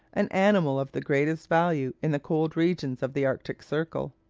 an animal of the greatest value in the cold regions of the arctic circle.